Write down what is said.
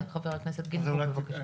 כן, חבר הכנסת גינזבורג.